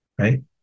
right